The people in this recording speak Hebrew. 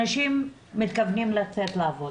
אנשים מתכוונים לצאת לעבודה